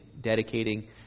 dedicating